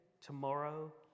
tomorrow